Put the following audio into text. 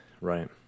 Right